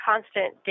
constant